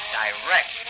direct